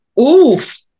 Oof